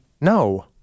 No